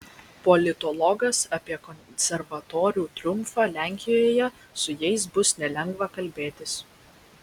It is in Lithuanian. politologas apie konservatorių triumfą lenkijoje su jais bus nelengva kalbėtis